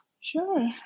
Sure